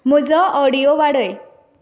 म्हजो ऑडीयो वाडय